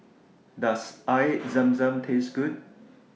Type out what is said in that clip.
Does Air Zam Zam Taste Good